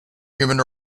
human